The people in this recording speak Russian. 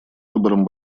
выборам